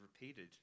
Repeated